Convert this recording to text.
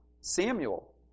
Samuel